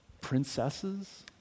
Princesses